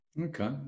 Okay